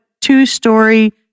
two-story